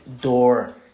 door